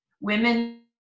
Women